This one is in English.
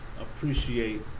appreciate